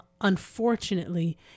unfortunately